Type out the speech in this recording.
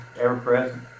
ever-present